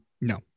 No